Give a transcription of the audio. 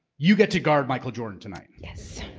you get to guard michael jordan tonight. yes.